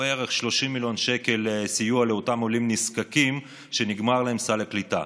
בערך 30 מיליון שקל הם סיוע לאותם עולים נזקקים שנגמר להם סל הקליטה.